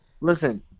Listen